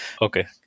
Okay